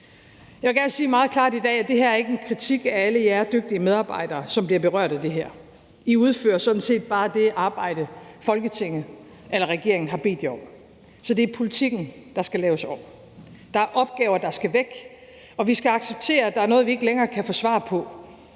Jeg vil gerne sige meget klart i dag, at det her ikke er en kritik af alle jer dygtige medarbejdere, som bliver berørt af det her. I udfører sådan set bare det arbejde, regeringen har bedt jer om. Så det er politikken, der skal laves om. Der er opgaver, der skal væk, og vi skal acceptere, at der er noget, vi ikke længere kan få svar på,